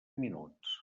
minuts